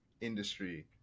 industry